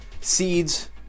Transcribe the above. seeds